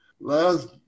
Last